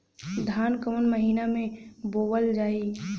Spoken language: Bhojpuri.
धान कवन महिना में बोवल जाई?